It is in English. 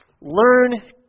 learn